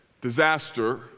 disaster